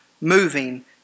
moving